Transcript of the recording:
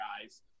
guys